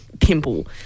pimple